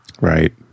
Right